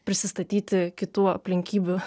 prisistatyti kitų aplinkybių